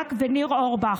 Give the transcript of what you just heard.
בליאק וניר אורבך.